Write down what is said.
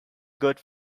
good